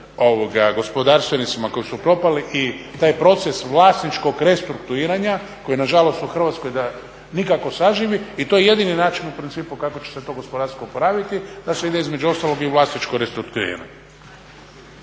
gospodarstvenicima koji su propali i taj proces vlasničkog restrukturiranja koji nažalost u Hrvatskoj da nikako saživi i to je jedini način u principu kako će se to gospodarstvo oporaviti da se ide između ostalog i u vlasničko restrukturiranje.